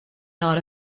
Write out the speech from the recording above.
not